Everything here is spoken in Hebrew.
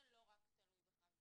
זה לא רק תלוי בך,